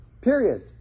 period